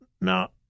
Now